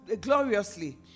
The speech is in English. gloriously